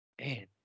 Man